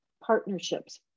partnerships